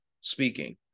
speaking